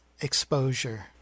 exposure